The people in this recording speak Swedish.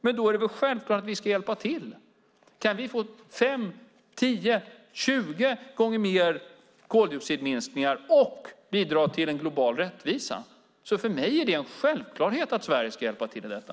Det är väl självklart att vi ska hjälpa till. Kan vi få fem, tio eller tjugo gånger mer koldioxidminskningar och bidra till en global rättvisa är det för mig en självklarhet att Sverige ska hjälpa till med detta.